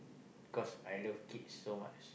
cause I love kids so much